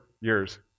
years